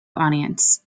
audience